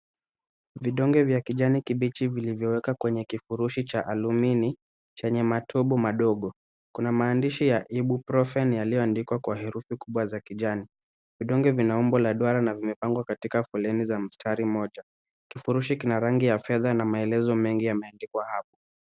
Vidonge vya kijani kibichi vilivyowekwa kwenye kifurushi cha alumini chenye matobo madogo. Kuna maandishi ya Ibuprofen yaliyoandikwa kwa herufi kubwa za kijani. Vidonge vina umbo la duara na vimepangwa katika foleni za mstari mmoja. Kifurushi kina rangi ya fedha na maelezo mengi yameandikwa hapo.